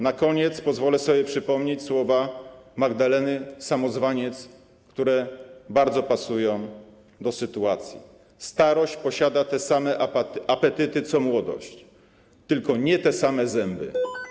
Na koniec pozwolę sobie przypomnieć słowa Magdaleny Samozwaniec, które bardzo pasują do sytuacji: „Starość posiada te same apetyty co młodość, tylko nie te same zęby”